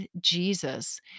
Jesus